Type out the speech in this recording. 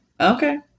Okay